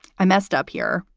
i messed up here,